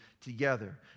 together